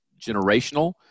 generational